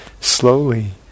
Slowly